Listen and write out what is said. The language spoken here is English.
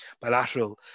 bilateral